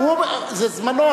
זה זמנו.